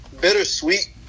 Bittersweet